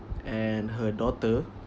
and her daughter